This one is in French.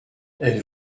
elle